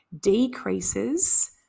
decreases